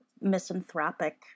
misanthropic